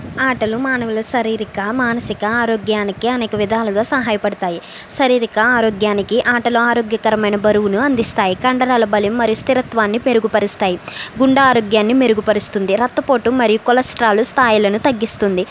ఆటలు మానవుల శారీరక మానసిక ఆరోగ్యానికి అనేక విధాలుగా సహాయపడతాయి శారీరక ఆరోగ్యానికి ఆటలు ఆరోగ్యకరమైన బరువును అందిస్తాయి కండరాల బలం మరియు స్థిరత్వాన్ని మెరుగుపరుస్తాయి గుండె ఆరోగ్యాన్ని మెరుగుపరుస్తుంది రక్తపోటు మరియు కొలెస్ట్రాల్ స్థాయిలను తగ్గిస్తుంది